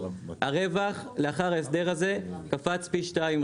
הרווח לאחר ההסדר הזה קפץ פי שניים,